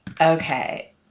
Okay